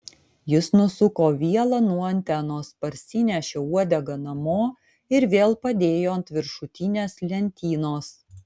jis nusuko vielą nuo antenos parsinešė uodegą namo ir vėl padėjo ant viršutinės lentynos